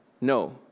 No